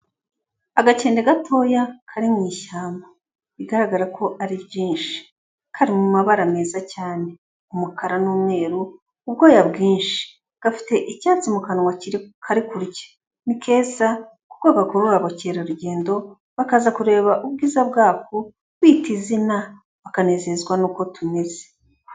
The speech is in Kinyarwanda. Agakende gatoya kari mu ishyamba, bigaragara ko ari ryinshi, kari mu mabara meza cyane umukara n'umweru ubwoya bwinshi, gafite icyatsi mu kanwa kari kurya, ni keza ku kuko gakurura abakerarugendo bakaza kureba ubwiza bwako, kwita izina bakanezezwa n'uko tumeze.